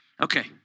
Okay